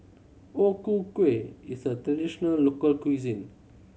O Ku Kueh is a traditional local cuisine